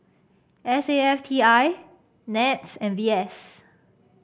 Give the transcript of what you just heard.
S A F T I NETS and V S